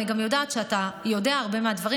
אני גם יודעת שאתה יודע הרבה מהדברים,